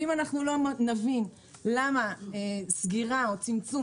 אם אנחנו לא נבין למה סגירה או צמצום